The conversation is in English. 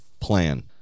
plan